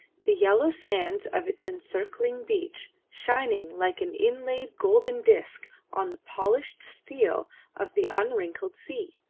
the yellow sands of its encircling beach shining like an inlaid golden disc on the polished steel of the unwrinkled sea.